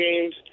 games –